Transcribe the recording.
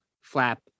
flap